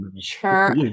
sure